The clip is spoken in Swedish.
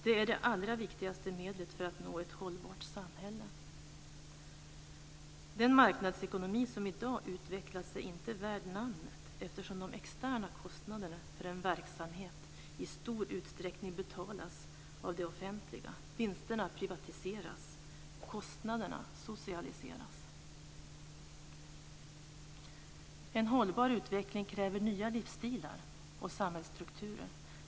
Det är det allra viktigaste medlet för att nå ett hållbart samhälle. Den marknadsekonomi som i dag utvecklas är inte värd namnet, eftersom de externa kostnaderna för en verksamhet i stor utsträckning betalas av det offentliga. Vinsterna privatiseras. Kostnaderna socialiseras. En hållbar utveckling kräver nya livsstilar och samhällsstrukturer.